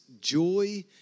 joy